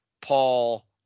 Paul